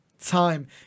time